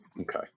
Okay